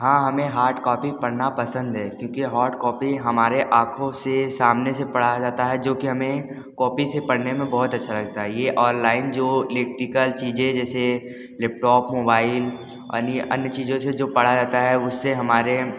हाँ हमें hard copy पढ़ना पसंद है क्योकि हॉट कॉपी हमारे आँखों से सामने से पढ़ा जाता है जो कि हमें कॉपी से पढ़ने में बहुत अच्छा लगता है ये ऑनलाइन जो इलेक्ट्रिकल चीजे जैसे लैपटॉप मोबाइल अन्य अन्य चीजों से जो पढ़ा जाता है उससे हमारे